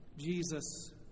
Jesus